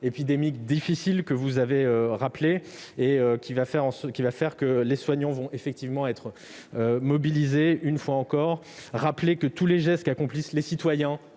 épidémique difficile que vous avez rappelé, les soignants vont effectivement être mobilisés une fois encore. Je veux rappeler que tous les gestes qu'accomplissent les citoyens